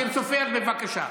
אופיר סופר, בבקשה.